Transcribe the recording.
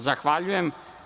Zahvaljujem.